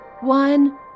one